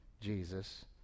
Jesus